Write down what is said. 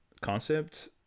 concept